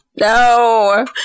No